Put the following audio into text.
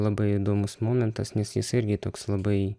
labai įdomus momentas nes jis irgi toks labai